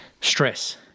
Stress